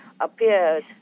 appears